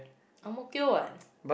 Ang-Mo-Kio what